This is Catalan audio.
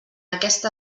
aquesta